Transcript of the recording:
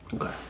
Okay